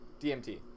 DMT